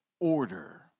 order